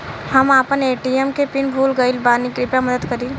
हम आपन ए.टी.एम के पीन भूल गइल बानी कृपया मदद करी